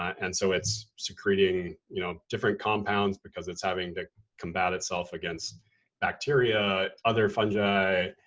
and so it's secreting you know different compounds because it's having to combat itself against bacteria, other fungi,